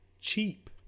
Cheap